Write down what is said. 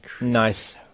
nice